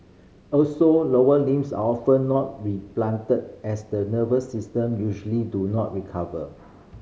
also lower limbs are often not replanted as the nerves system usually do not recover